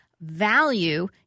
value –